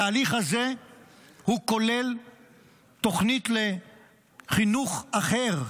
התהליך הזה כולל תוכנית לחינוך אחר,